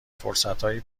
فرصتهای